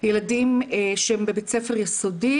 ילדים שהם בבית ספר יסודי,